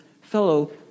fellow